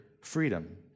freedom